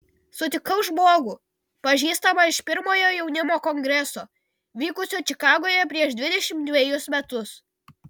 sutikau žmogų pažįstamą iš pirmojo jaunimo kongreso vykusio čikagoje prieš dvidešimt dvejus metus